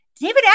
David